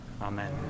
Amen